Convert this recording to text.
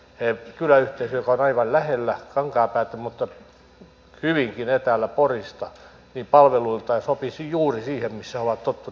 kyläyhteisö joka on aivan lähellä kankaanpäätä mutta hyvinkin etäällä porista palveluiltaan sopisi juuri siihen missä ovat tottuneet käymään